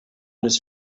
his